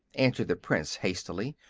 answered the prince, hastily,